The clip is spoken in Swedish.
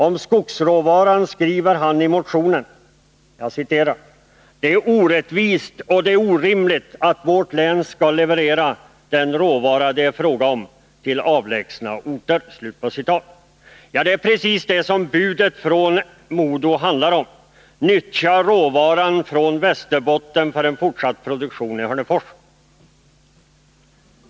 Om skogsråvaran skriver han i motionen: ”Det är orättvist och det är orimligt att vårt län skall leverera den råvara det är fråga om till avlägsna orter.” Det är precis det som budet från Mo och Domsjö handlar om. Nyttja råvaran från Västerbotten för en fortsatt produktion i Hörnefors!